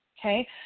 Okay